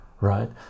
right